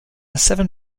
seven